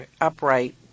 upright